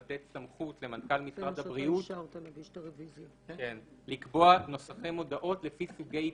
לתת סמכות למנכ"ל משרד הבריאות לקבוע נוסחי מודעות לפי סוגי עיתונים.